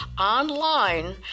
online